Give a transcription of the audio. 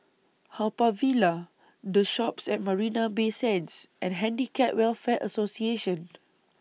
Haw Par Villa The Shoppes At Marina Bay Sands and Handicap Welfare Association